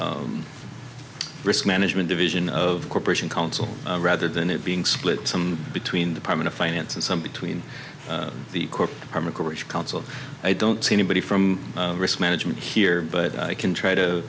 the risk management division of corporation counsel rather than it being split some between department of finance and some between the corporate arm of course counsel i don't see anybody from risk management here but i can try to